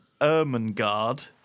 Ermengarde